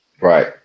Right